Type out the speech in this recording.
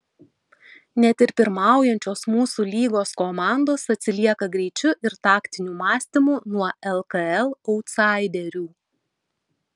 net ir pirmaujančios mūsų lygos komandos atsilieka greičiu ir taktiniu mąstymu nuo lkl autsaiderių